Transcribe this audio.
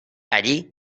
allí